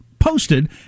posted